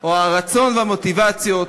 או הרצון והמוטיבציות,